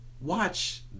watch